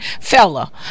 fella